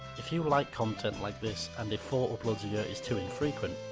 if you like content like this, and if four uploads a year is too infrequent,